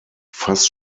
fast